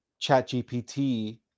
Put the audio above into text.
ChatGPT